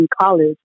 college